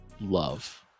love